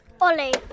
Ollie